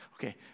Okay